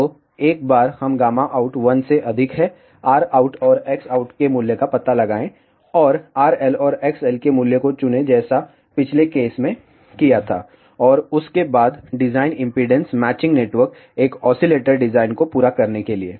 तो एक बार हम गामा आउट 1 से अधिक है Rout और Xout के मूल्य का पता लगाएं और RL और XL के मूल्य को चुने जैसा पिछले केस में किया था और उसके बाद डिजाइन इम्पीडेन्स मैचिंग नेटवर्क एक ऑसीलेटर डिजाइन को पूरा करने के लिए